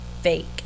fake